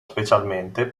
specialmente